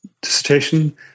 dissertation